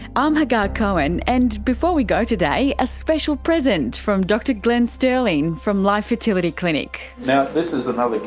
i'm hagar cohen. and before we go today, a special present from dr glenn stirling from life fertility clinic. now, this is another